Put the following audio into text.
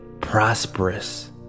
prosperous